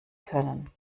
können